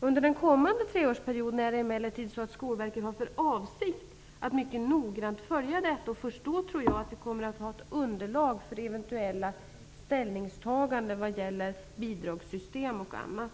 Under den kommande treårsperioden har Skolverket emellertid för avsikt att mycket noggrant följa utvecklingen. Först därefter kommer vi att ha ett underlag för eventuella ställningstaganden när det gäller bidagssystem och annat.